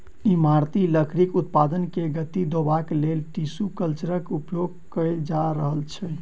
इमारती लकड़ीक उत्पादन के गति देबाक लेल टिसू कल्चरक उपयोग कएल जा रहल छै